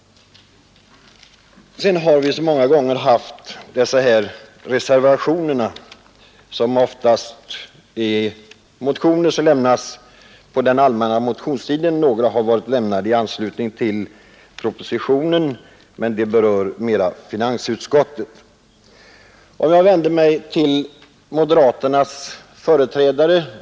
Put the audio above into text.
Vi har nu, som så många gånger förr, till betänkandet fogade reservationer, oftast i anledning av motioner som lämnats under den allmänna motionstiden — några motioner har också lämnats i anslutning till propositionen men de berör mera finansutskottet än skatteutskottet. Jag vänder mig först till moderaternas företrädare.